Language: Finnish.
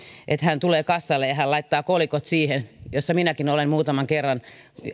että hän tulee kassalle ja hän laittaa kolikot siihen minäkin olen muutaman kerran